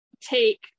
take